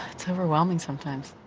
it's overwhelming sometimes.